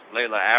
Layla